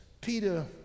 Peter